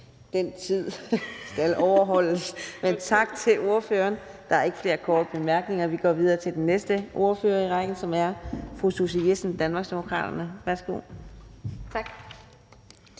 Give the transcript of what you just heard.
den tid skal overholdes. Men tak til ordføreren. Der er ikke flere korte bemærkninger, og vi går videre til den næste ordfører i rækken, som er fru Susie Jessen, Danmarksdemokraterne. Værsgo. Kl.